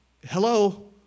Hello